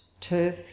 turf